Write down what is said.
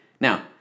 Now